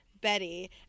Betty